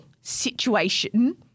situation